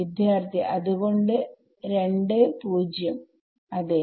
വിദ്യാർത്ഥി അത്കൊണ്ട്2 0 അതെ